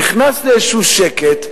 נכנס לאיזה שקט,